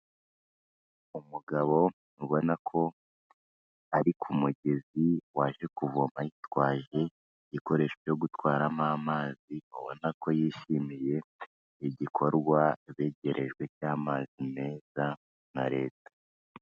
Umugabo ubona ko ari ku mugezi waje kuvoma yitwaje igikoresho cyo gutwaramo amazi, ubona ko yishimiye igikorwa begerejwe cy'amazi meza na leta.